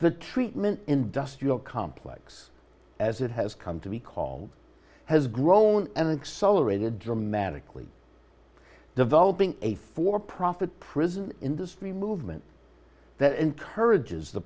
the treatment industrial complex as it has come to be called has grown and excel aerated dramatically developing a for profit prison industry movement that encourages the